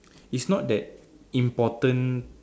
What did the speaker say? it's not that important